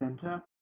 center